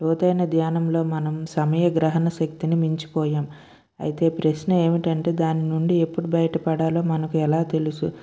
లోతైన ధ్యానంలో మనం సమయ గ్రహణ శక్తిని మించిపోయాం అయితే ప్రశ్న ఏమిటంటే దాని నుండి ఎప్పుడు బయట పడాలో మనకు ఎలా తెలుసు